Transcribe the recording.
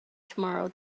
tomorrow